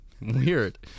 weird